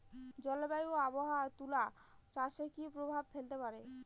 জলবায়ু ও আবহাওয়া তুলা চাষে কি প্রভাব ফেলতে পারে?